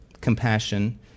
compassion